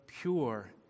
pure